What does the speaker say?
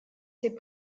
ses